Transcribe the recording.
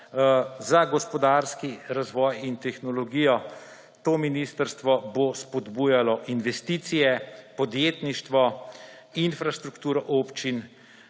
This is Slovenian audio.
Za gospodarski razvoj in tehnologijo – to ministrstvo bo spodbujalo investicije, podjetništvo, infrastrukturo občin,